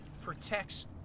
protects